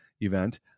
event